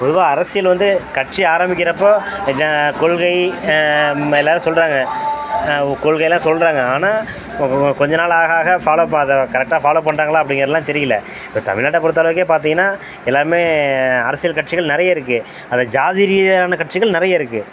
பொதுவாக அரசியல் வந்து கட்சி ஆரமிக்கிறப்போ ஜா கொள்கை எல்லோரும் சொல்றாங்க கொள்கையெல்லாம் சொல்றாங்க ஆனா கொஞ்சம் நாள் ஆக ஆக ஃபாலோ அதை கரெக்டாக ஃபாலோ பண்ணுறாங்களா அப்படிங்கிறதுலாம் தெரியிலை இப்போ தமிழ்நாட்டை பொறுத்தளவுக்கே பார்த்தீங்கன்னா எல்லோருமே அரசியல் கட்சிகள் நிறைய இருக்குது அதில் ஜாதி ரீதியான கட்சிகள் நிறைய இருக்குது